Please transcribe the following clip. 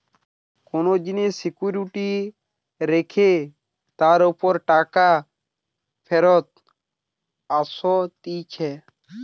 কোন জিনিস সিকিউরিটি রেখে তার উপর টাকা ফেরত আসতিছে